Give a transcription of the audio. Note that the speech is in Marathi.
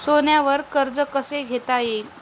सोन्यावर कर्ज कसे घेता येईल?